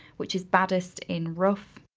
which is baddest in rough.